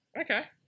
Okay